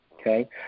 okay